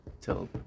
till